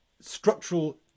structural